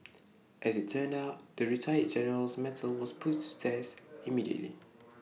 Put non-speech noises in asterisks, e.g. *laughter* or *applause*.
as IT turned out the retired general's mettle was *noise* put to the test immediately